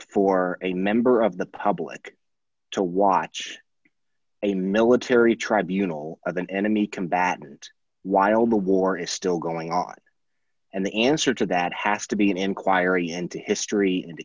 for a member of the public to watch a military tribunal as an enemy combatant while the war is still going on and the answer to that has to be an inquiry into history and